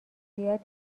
زیاد